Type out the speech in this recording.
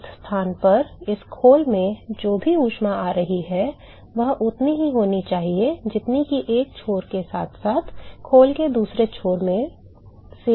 इस स्थान पर इस खोल में जो भी ऊष्मा आ रही है वह उतनी ही होनी चाहिए जितनी कि एक छोर के साथ साथ खोल के दूसरे छोर से जो भी निकल रही है